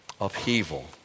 upheaval